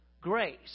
grace